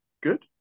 Good